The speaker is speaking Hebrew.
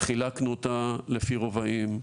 חילקנו אותה לפי רובעים,